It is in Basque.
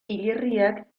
hilerriak